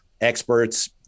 experts